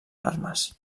armes